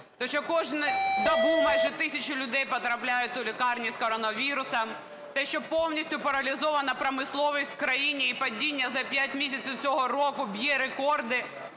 що кожну добу майже тисяча людей потрапляють у лікарні з коронавірусом, те, що повністю паралізована промисловість у країні, і падіння за 5 місяців цього року б'є рекорди.